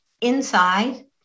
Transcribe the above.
inside